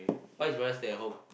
why his brother stay at home